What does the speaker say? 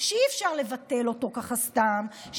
שאי-אפשר לבטל אותו ככה סתם,